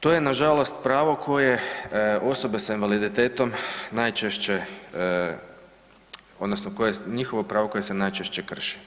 To je nažalost pravo koje osobe s invaliditetom odnosno njihovo pravo koje se najčešće krši.